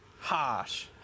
harsh